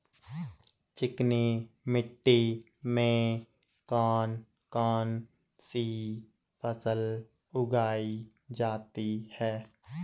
चिकनी मिट्टी में कौन कौन सी फसल उगाई जाती है?